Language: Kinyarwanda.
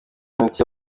imiti